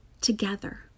together